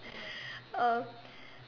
uh